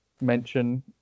mention